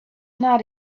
not